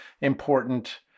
important